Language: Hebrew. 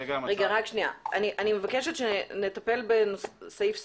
רק שנייה, אני מבקשת שנטפל בסעיף סעיף.